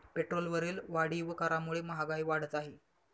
पेट्रोलवरील वाढीव करामुळे महागाई वाढत आहे